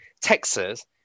texas